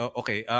okay